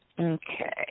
Okay